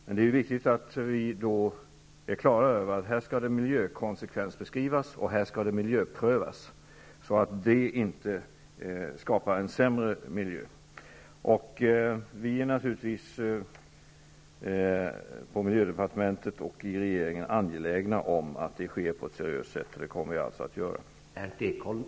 Men det är viktigt att vi är klara över att det här skall miljökonsekvensbeskrivas och miljöprövas, så att det inte skapas en sämre miljö. Vi är naturligtvis på miljödepartementet och i regeringen angelägna om att det här sker på ett seriöst sätt, och vi kommer att handla därefter.